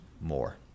more